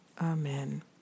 Amen